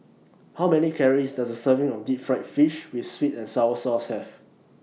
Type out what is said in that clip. How Many Calories Does A Serving of Deep Fried Fish with Sweet and Sour Sauce Have